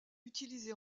utilisé